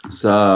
sa